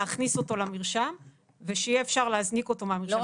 להכניס אותו למרשם ושיהיה אפשר להזניק אותו מהמרשם.